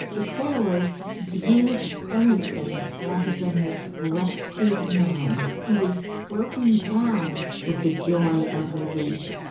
the sailors viewed anything rather than this rescued man, who was broken down with the joy of release,